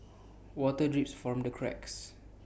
water drips from the cracks